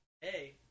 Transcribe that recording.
Hey